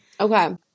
Okay